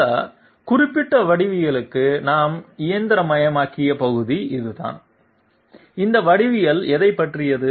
இந்த குறிப்பிட்ட வடிவவியலுக்கு நாம் இயந்திரமயமாக்கிய பகுதி இதுதான் இந்த வடிவியல் எதைப் பற்றியது